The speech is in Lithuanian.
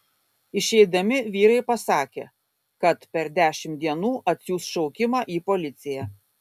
išeidami vyrai pasakė kad per dešimt dienų atsiųs šaukimą į policiją